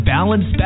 Balance